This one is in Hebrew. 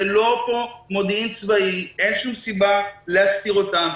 זה לא מודיעין צבאי ואין שום סיבה להסתיר אותם,